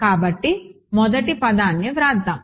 కాబట్టి మొదటి పదాన్ని వ్రాస్దాం